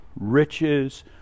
riches